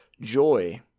joy